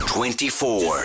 Twenty-four